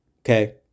Okay